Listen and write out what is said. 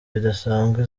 bidasanzwe